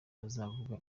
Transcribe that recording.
azavuga